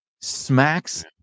smacks